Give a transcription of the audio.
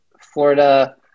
Florida